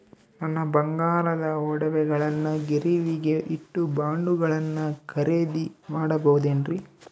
ನನ್ನ ಬಂಗಾರದ ಒಡವೆಗಳನ್ನ ಗಿರಿವಿಗೆ ಇಟ್ಟು ಬಾಂಡುಗಳನ್ನ ಖರೇದಿ ಮಾಡಬಹುದೇನ್ರಿ?